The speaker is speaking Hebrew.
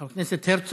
חבר הכנסת הרצוג,